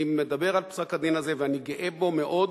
אני מדבר על פסק-הדין הזה ואני גאה בו מאוד,